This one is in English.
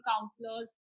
counselors